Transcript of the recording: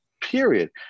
period